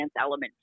element